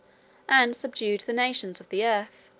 and subdued the nations of the earth.